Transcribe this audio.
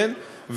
כן?